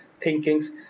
thinkings